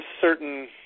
certain